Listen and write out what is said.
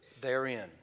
therein